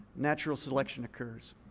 natural selection occurs.